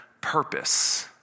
purpose